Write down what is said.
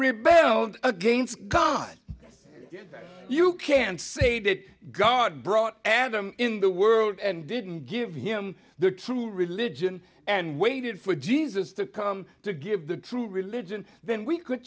rebelled against god you can say that god brought adam in the world and didn't give him the true religion and waited for jesus to come to give the true religion then we could